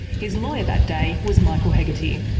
his lawyer that day was michael hegarty.